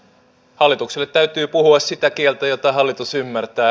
hallitukselle täytyy puhua sitä kieltä jota hallitus ymmärtää